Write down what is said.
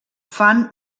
fan